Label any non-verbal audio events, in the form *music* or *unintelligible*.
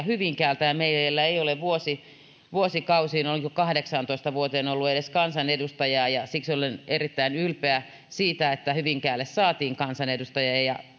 *unintelligible* hyvinkäältä meillä ei ole vuosikausiin kahdeksaantoista vuoteen ollut edes kansanedustajaa ja siksi olen erittäin ylpeä siitä että hyvinkäälle saatiin kansanedustaja